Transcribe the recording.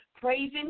praising